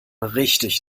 richtig